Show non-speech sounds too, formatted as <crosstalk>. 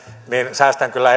säästän kyllä <unintelligible>